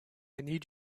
need